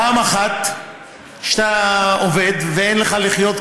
דופקים אותך פעמיים: פעם אחת כשאתה עובד ואין לך לחיות,